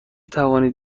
توانید